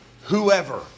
whoever